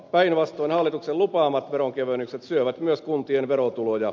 päinvastoin hallituksen lupaamat veronkevennykset syövät myös kuntien verotuloja